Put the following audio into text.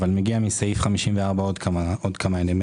אבל מגיעים מסעיף 54 עוד כמה אלמנטים,